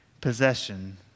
possession